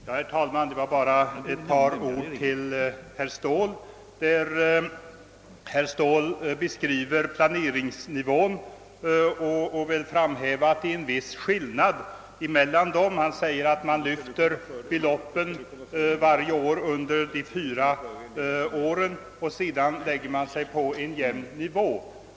Herr talman! Bara ett par ord till herr Ståhl. Herr Ståhl ville framhäva att det är en viss skillnad mellan de olika planeringsnivåerna. Han säger att man från hans håll vill lyfta beloppen vart och ett av de fyra åren och sedan vill lägga sig på en jämn nivå.